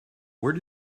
where